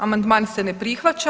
Amandman se ne prihvaća.